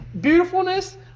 beautifulness